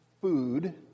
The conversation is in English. food